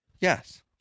Yes